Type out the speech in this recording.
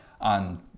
on